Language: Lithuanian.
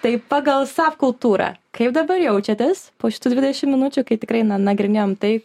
tai pagal sap kultūrą kaip dabar jaučiatės po šitų dvidešim minučių kai tikrai na nagrinėjom tai